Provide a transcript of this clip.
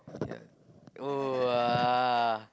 yeah !wah!